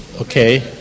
Okay